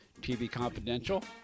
tvconfidential